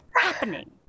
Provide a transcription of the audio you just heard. happening